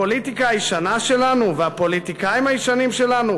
הפוליטיקה הישנה שלנו והפוליטיקאים הישנים שלנו,